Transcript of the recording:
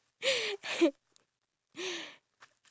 mac and cheese okay